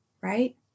right